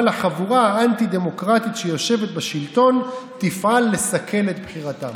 אבל החבורה האנטי-דמוקרטית שיושבת בשלטון תפעל לסכל את בחירתם.